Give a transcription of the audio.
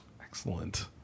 excellent